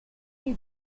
you